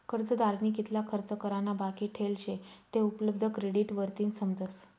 कर्जदारनी कितला खर्च करा ना बाकी ठेल शे ते उपलब्ध क्रेडिट वरतीन समजस